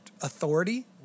authority